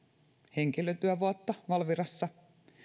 henkilötyövuotta valvirassa